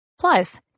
Plus